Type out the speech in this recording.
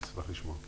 נשמח לשמוע.